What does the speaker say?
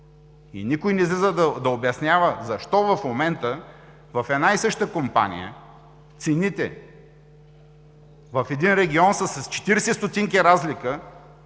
И никой не излиза да обяснява защо в момента в една и съща компания цените в един регион са с 40 стотинки разлика